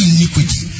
Iniquity